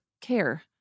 care